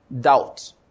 doubt